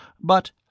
But